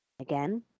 Again